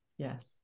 Yes